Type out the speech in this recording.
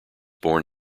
born